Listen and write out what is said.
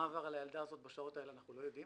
מה עבר על הילדה הזאת בשעות האלה אנחנו לא יודעים,